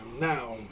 now